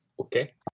Okay